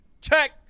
Check